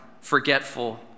forgetful